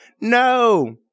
No